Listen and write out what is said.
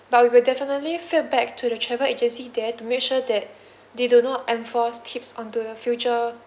but we will definitely feedback to the travel agency there to make sure that they do not enforce tips on to the future